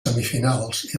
semifinals